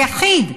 היחיד,